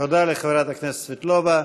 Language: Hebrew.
תודה לחברת הכנסת סבטלובה.